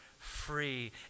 free